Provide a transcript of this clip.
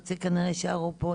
חצי כנראה יישארו פה,